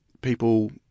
people